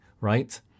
right